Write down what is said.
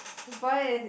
the point is